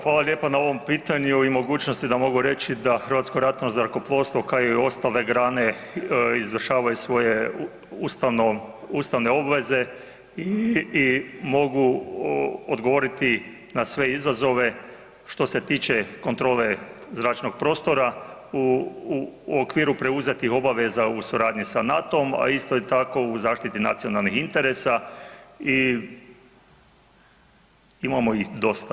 Hvala lijepa na ovom pitanju i mogućnosti da mogu reći da Hrvatsko ratno zrakoplovstvo kao i ostale grane izvršavaju svoje ustavne obveze i mogu odgovoriti na sve izazove što se tiče kontrole zračnog prostora u okviru preuzetih obveza u suradnji sa NATO-om, a isto tako u zaštiti nacionalnih interesa i imamo ih dosta.